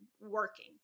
working